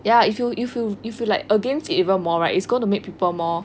ya if you if you if you like against it even more right it's going to make people even more